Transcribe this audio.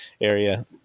area